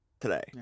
Today